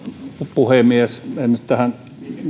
puhemies en nyt tähän